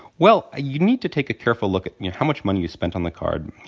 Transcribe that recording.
well, you need to take a careful look at how much money you spent on the card,